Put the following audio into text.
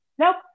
nope